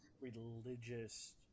religious